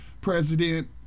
president